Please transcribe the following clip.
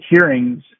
hearings